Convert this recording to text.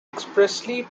expressly